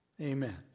Amen